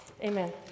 Amen